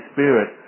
Spirit